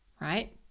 Right